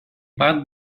pat